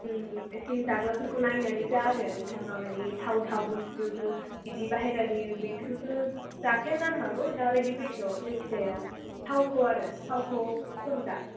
ओं एसे जाग्राफोरखौ नायनानै जा आरो नोंथाङा माने थाव थाव बुस्तु बिदि बाहेरानि बिदिखौथ' जाखाया जानो हागौ दा बायदि बैसोआव जायखि जाया थावखौ आरो थावखौ खम जा